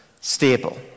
stable